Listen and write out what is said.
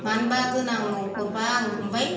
मानोबा गोनाङाव हरबा आं हमबाय